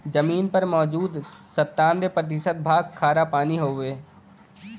जमीन पर मौजूद सत्तानबे प्रतिशत भाग खारापानी हउवे